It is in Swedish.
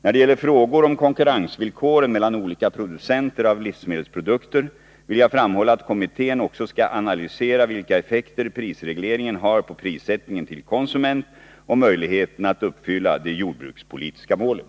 När det gäller frågor om villkoren för konkurrensen mellan olika producenter av livsmedelsprodukter vill jag framhålla att kommittén också skall analysera vilka effekter prisregleringen har på prissättningen till konsument och möjligheterna att uppfylla de jordbrukspolitiska målen.